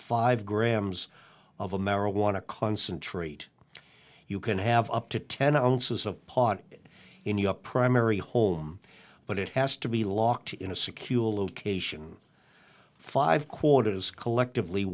five grams of a marijuana concentrate you can have up to ten ounces of pot in your primary home but it has to be locked in a secure location five quarters collectively